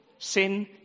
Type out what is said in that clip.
Sin